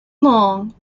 long